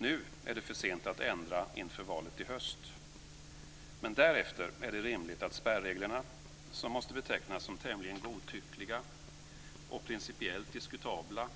Nu är det för sent att ändra inför valet i höst, men därefter är det rimligt att spärreglerna, som måste betecknas som tämligen godtyckliga och principiellt diskutabla,